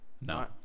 No